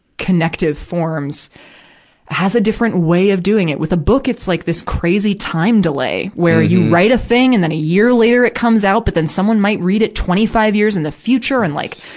connective forms has a different way of doing it. with a book, it's like this crazy time delay, where you write a thing, and then a year later it comes out. but then someone might read it twenty five years in the future, and, like,